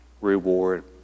reward